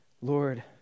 Lord